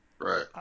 Right